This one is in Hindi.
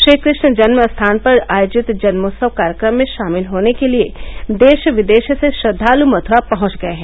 श्रीकृष्ण जन्म स्थान पर आयोजित जन्मोत्सव कार्यक्रम में शामिल होने के लिए देश विदेश से श्रद्वालु मथुरा पहुंच गये हैं